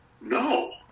no